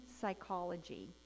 psychology